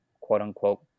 quote-unquote